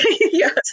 yes